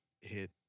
hit